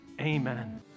amen